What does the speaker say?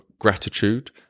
gratitude